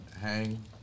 hang